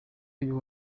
uyu